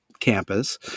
Campus